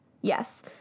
Yes